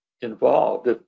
involved